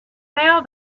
now